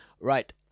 right